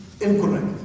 incorrect